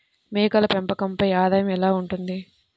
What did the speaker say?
మేకల పెంపకంపై ఆదాయం ఎలా ఉంటుంది?